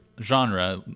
genre